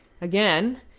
again